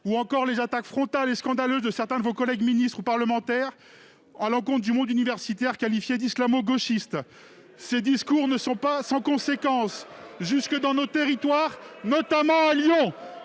ou encore les attaques frontales et scandaleuses de certains ministres ou parlementaires de votre majorité à l'encontre du monde universitaire, qualifié d'islamo-gauchiste. Ces discours ne sont pas sans conséquence, jusque dans nos territoires, notamment à Lyon.